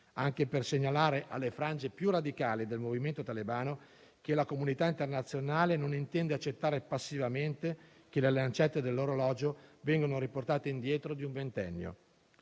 anche per segnalare alle frange più radicali del Movimento talebano che la comunità internazionale non intende accettare passivamente che le lancette dell'orologio vengano riportate indietro di un ventennio.